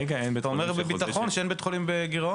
אתה אומר בביטחון שאין בית חולים בגירעון.